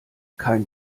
kein